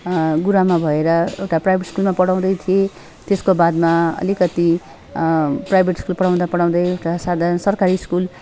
गुरुआमा भएर एउटा प्राइभेट स्कुलमा पढाउँदै थिएँ त्यसको बादमा अलिकति प्राइभेट स्कुल पढाउँदा पढाउँदै एउटा साधारण सरकारी स्कुल